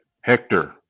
Hector